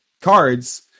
cards